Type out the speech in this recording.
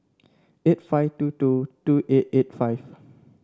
eight five two two two eight eight five